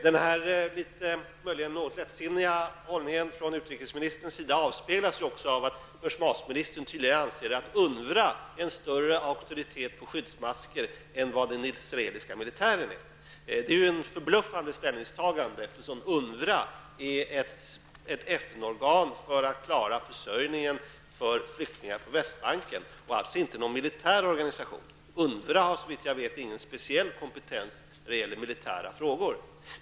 Försvarsministerns möjligen något lättsinniga hållning avspeglar sig också i det faktum att försvarsministern tydligen anser att UNRWA är en större auktoritet när det gäller skyddsmasker än den israeliska militären. Det är ett förbluffande ställningstagande, eftersom UNRWA är ett FN organ med uppgift att klara försörjningen för flyktingar på Västbanken. Det rör sig alltså inte om någon militär organisation. UNRWA har, såvitt jag vet, ingen speciell kompetens när det gäller militära frågor.